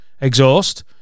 exhaust